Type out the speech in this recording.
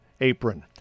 apron